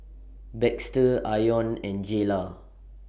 Baxter Ione and Jaylah